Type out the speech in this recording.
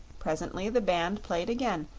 presently the band played again,